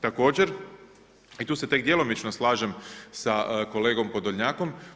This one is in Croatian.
Također i tu se tek djelomično lažem sa kolegom Podolnjakom.